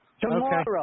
Tomorrow